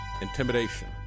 intimidation